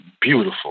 beautiful